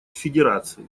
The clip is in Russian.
федерации